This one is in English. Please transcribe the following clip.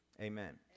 Amen